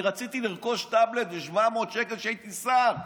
אני רציתי לרכוש טאבלט ב-700 שקל כשהייתי שר,